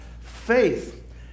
Faith